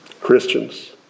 Christians